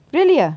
really ah